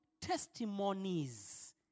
testimonies